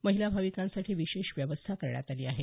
महिला भाविकांसाठी विशेष व्यवस्था करण्यात आली आहे